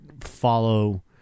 follow